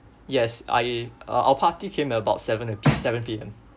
yes I uh our party came about seven uh P seven P_M